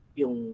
yung